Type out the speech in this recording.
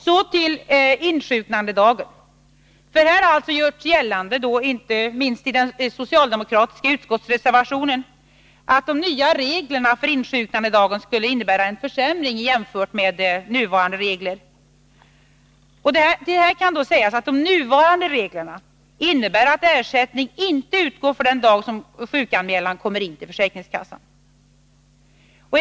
Så till frågan om insjuknandedagen: Det har gjorts gällande, inte minst i den socialdemokratiska reservationen, att de nya reglerna för insjuknandedag skulle innebära en försämring jämfört med nuvarande regler. De nuvarande reglerna innebär att ersättning inte utgår för den dag som sjukanmälan kommer in till försäkringskassan.